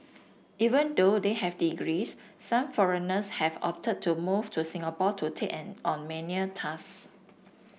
even though they have degrees some foreigners have opted to move to Singapore to take on on menial task